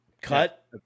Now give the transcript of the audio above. Cut